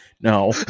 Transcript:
No